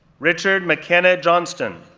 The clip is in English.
richard mckenna johnston,